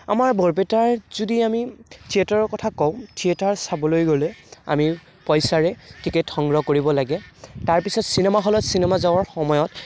আমাৰ বৰপেটাৰ যদি আমি থিয়েটাৰৰ কথা কওঁ থিয়েটাৰ চাবলৈ গ'লে আমি পইচাৰে টিকেট সংগ্ৰহ কৰিব লাগে তাৰপিছত চিনেমা হলত চিনেমা যাৱাৰ সময়ত